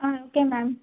okay ma'am